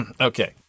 Okay